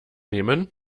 nehmen